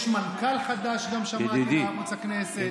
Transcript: יש גם מנכ"ל חדש לערוץ הכנסת, שמעתי.